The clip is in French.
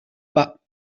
pas